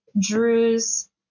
Drews